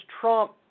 Trump